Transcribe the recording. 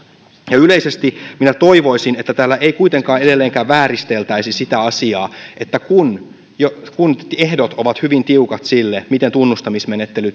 yleisesti minä toivoisin että täällä ei kuitenkaan edelleenkään vääristeltäisi sitä asiaa kun ehdot ovat hyvin tiukat sille miten tunnustamismenettely